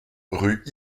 rue